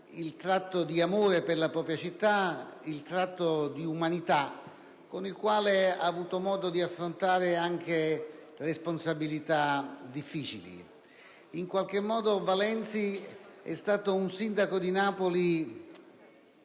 il tratto di amore per la propria città e di umanità, con il quale egli ha avuto modo di affrontare anche responsabilità difficili. In qualche modo Valenzi è stato un sindaco di Napoli